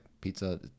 pizza